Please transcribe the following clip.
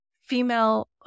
female